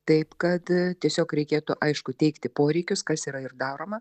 taip kad tiesiog reikėtų aišku teikti poreikius kas yra ir daroma